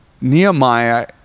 Nehemiah